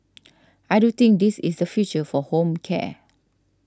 I do think this is the future for home care